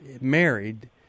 married